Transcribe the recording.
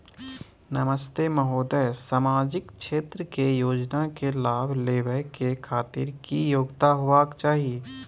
नमस्ते महोदय, सामाजिक क्षेत्र के योजना के लाभ लेबै के खातिर की योग्यता होबाक चाही?